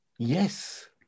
yes